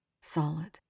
solid